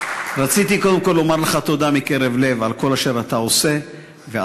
רציתי קודם כול לומר לך תודה מקרב לב על כל אשר אתה עושה ועשית,